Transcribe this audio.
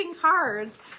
cards